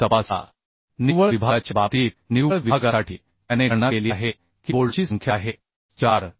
मग तपासा निव्वळ विभागाच्या बाबतीत निव्वळ विभागासाठी त्याने गणना केली आहे की बोल्टची संख्या आहे 4